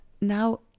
now